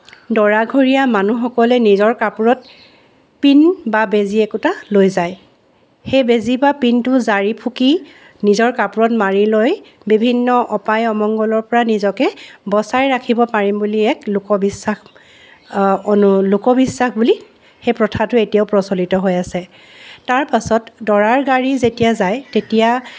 দৰাঘৰীয়া মানুহসকলে নিজৰ কাপোৰত পিন বা বেজি একোটা লৈ যায় সেই বেজি বা পিনটো জাৰি ফুকি নিজৰ কাপোৰত মাৰি লৈ বিভিন্ন অপায় অমঙ্গলৰ পৰা নিজকে বচাই ৰাখিব পাৰিম বুলি এক লোকবিশ্বাস অনু লোকবিশ্বাস বুলি সেই প্ৰথাটো এতিয়াও প্ৰচলিত হৈ আছে তাৰপাছত দৰাৰ গাড়ী যেতিয়া যায় তেতিয়া